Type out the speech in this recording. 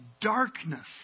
darkness